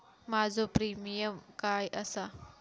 माझो प्रीमियम काय आसा?